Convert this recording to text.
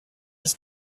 his